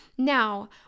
Now